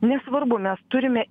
nesvarbu mes turime